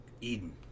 Eden